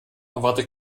erwarte